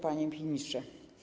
Panie Ministrze!